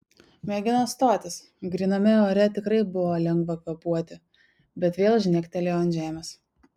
mėgino stotis gryname ore tikrai buvo lengva kvėpuoti bet vėl žnektelėjo ant žemės